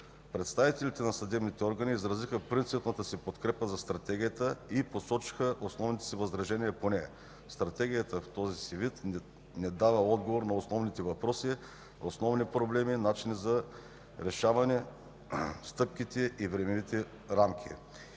Представителите на съдебните органи изразиха принципната си подкрепа за Стратегията и посочиха основните си възражения по нея. Стратегията в този си вид не дава отговор на основни въпроси, основни проблеми, начините за решаване, стъпките и времевите рамки.